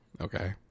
okay